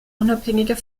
unabhängiger